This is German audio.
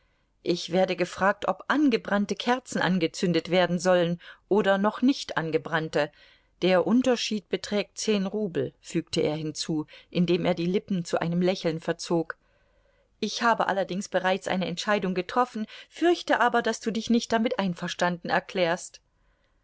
ich werde gefragt ob angebrannte kerzen angezündet werden sollen oder noch nicht angebrannte der unterschied beträgt zehn rubel fügte er hinzu indem er die lippen zu einem lächeln verzog ich habe allerdings bereits eine entscheidung getroffen fürchte aber daß du dich nicht damit einverstanden erklärst